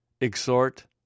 exhort